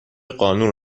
قانون